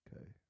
Okay